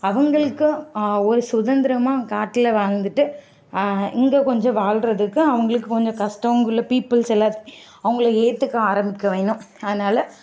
அவங்களுக்கு ஒரு சுதந்திரமாக காட்டில் வாழ்ந்துட்டு இங்கே கொஞ்சம் வாழ்றதுக்கு அவங்களுக்கு கொஞ்சம் கஷ்டம் இங்கே உள்ள பீப்பிள்ஸ் எல்லோரும் அவங்கள ஏற்றுக்க ஆரம்பிக்கணும் இன்னும் அதனால